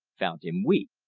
found him weak.